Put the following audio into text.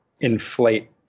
inflate